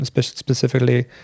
specifically